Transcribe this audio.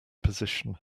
position